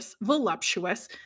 voluptuous